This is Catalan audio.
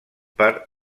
per